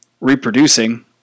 reproducing